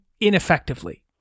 ineffectively